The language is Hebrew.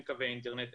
אין קווי אינטרנט,